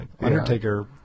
Undertaker